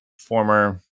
former